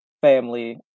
family